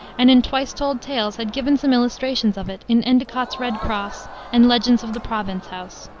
and in twice told tales had given some illustrations of it in endicott's red cross and legends of the province house.